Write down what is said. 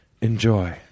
enjoy